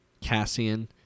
Cassian